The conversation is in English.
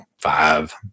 five